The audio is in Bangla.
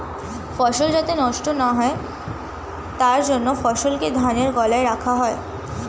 ফসল যাতে নষ্ট না হয় তার জন্য ফসলকে ধানের গোলায় রাখা হয়